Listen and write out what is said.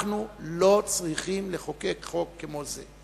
אנחנו לא צריכים לחוקק חוק כמו זה?